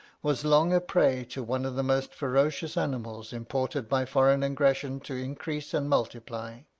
was long a prey to one of the most ferocious animals imported by foreign aggression to increase and multiply.